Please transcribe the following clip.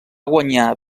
guanyar